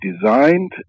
designed